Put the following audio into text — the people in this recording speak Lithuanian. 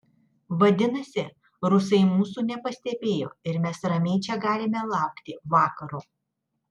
vadinasi rusai mūsų nepastebėjo ir mes ramiai čia galime laukti vakaro